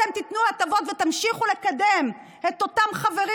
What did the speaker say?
אתם תיתנו הטבות ותמשיכו לקדם את אותם חברים